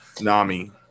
Nami